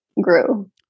grew